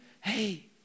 hey